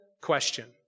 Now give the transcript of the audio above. question